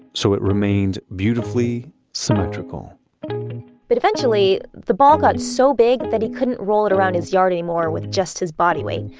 so it remained beautifully symmetrical but eventually the ball got so big that he couldn't roll it around his yard anymore with just his body weight,